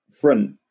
front